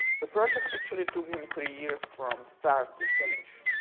the project actually took him three years from start to finish.